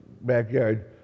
backyard